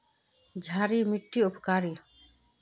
क्षारी मिट्टी उपकारी?